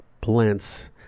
plants